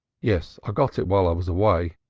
yes, i got it while i was away.